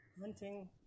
hunting